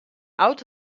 out